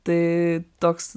tai toks